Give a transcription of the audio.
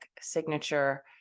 signature